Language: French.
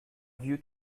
vieux